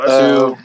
two